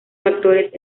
factores